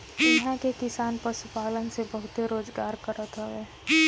इहां के किसान पशुपालन से बहुते रोजगार करत हवे